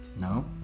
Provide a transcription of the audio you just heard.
No